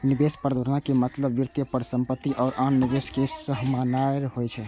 निवेश प्रबंधनक मतलब वित्तीय परिसंपत्ति आ आन निवेश कें सम्हारनाय होइ छै